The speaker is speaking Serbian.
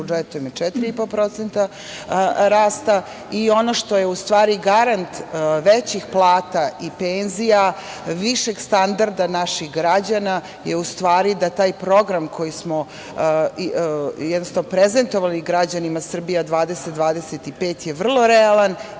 budžetom 4,5% rasta i ono što je u stvari garant većih plata i penzija, višeg standarda naših građana, je u stvari da taj program koji smo prezentovali građanima „Srbija 20-25“ je vrlo realan